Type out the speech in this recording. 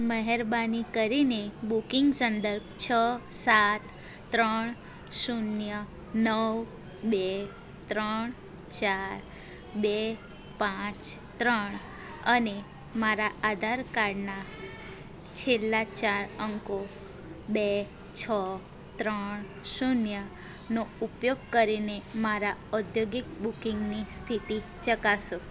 મહેરબાની કરીને બુકિંગ સંદર્ભ છ સાત ત્રણ શૂન્ય નવ બે ત્રણ ચાર બે પાંચ ત્રણ અને મારા આધાર કાર્ડના છેલ્લા ચાર અંકો બે છ ત્રણ શૂન્ય નો ઉપયોગ કરીને મારા ઔધ્યોગિક બુકિંગની સ્થિતિ ચકાસો